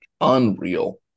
Unreal